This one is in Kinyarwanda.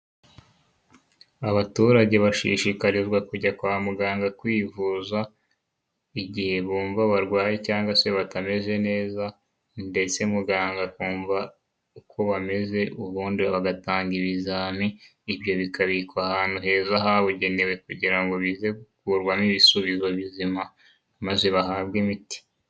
Abaturage bashishikarizwa kujya kwa muganga kwivuza igihe bumva barwaye cyangwa se batameze neza ndetse muganga akumva uko bameze ubundi bagatanga ibizami, ibyo bikabikwa ahantu heza habugenewe kugira ngo bize gukurwamo ibisubizo bizima maze bahabwe imiti.